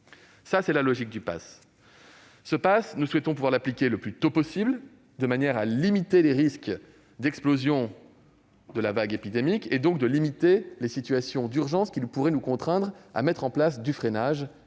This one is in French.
Telle est la logique du dispositif. Nous souhaitons pouvoir l'appliquer le plus tôt possible, de manière à limiter les risques d'explosion de la vague épidémique et à éviter les situations d'urgence qui pourraient nous contraindre à mettre en place des mesures